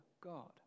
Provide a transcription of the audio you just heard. God